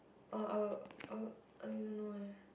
oh I will I will I don't know eh